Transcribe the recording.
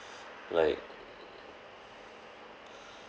like